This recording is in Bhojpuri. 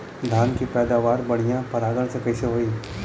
धान की पैदावार बढ़िया परागण से कईसे होई?